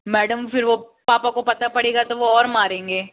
madam फिर वो पापा को पता पड़ेगा तो वो और मरेंगे